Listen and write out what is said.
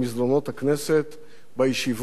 בישיבות ובהתייעצויות.